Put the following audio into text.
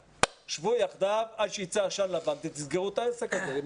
שבו יחדיו עד שיצא עשן לבן וסגרו את העסק הזה.